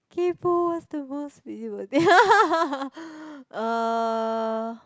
kaypo was the most busy word uh